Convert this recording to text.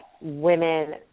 women